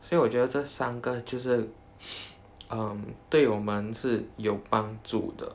所以我觉得这三个就是 um 对我们是有帮助的